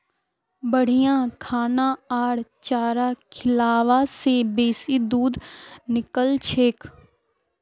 बढ़िया खाना आर चारा खिलाबा से बेसी दूध निकलछेक